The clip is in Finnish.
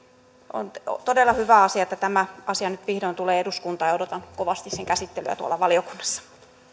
on todella hyvä asia että tämä asia nyt vihdoin tulee eduskuntaan ja odotan kovasti sen käsittelyä tuolla valiokunnassa